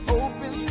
open